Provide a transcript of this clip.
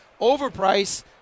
overpriced